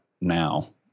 now